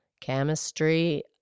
chemistry